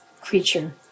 creature